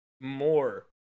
more